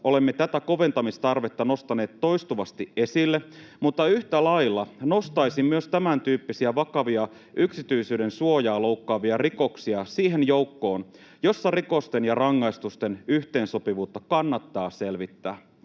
olemme tätä koventamistarvetta nostaneet toistuvasti esille, mutta yhtä lailla nostaisin myös tämäntyyppisiä vakavia yksityisyydensuojaa loukkaavia rikoksia siihen joukkoon, jossa rikosten ja rangaistusten yhteensopivuutta kannattaa selvittää.